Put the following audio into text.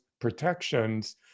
protections